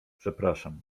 przepraszam